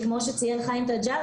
כמו שציין חיים תג'ר,